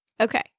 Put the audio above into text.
Okay